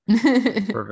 Perfect